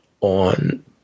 on